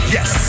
Yes